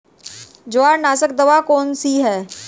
जवार नाशक दवा कौन सी है?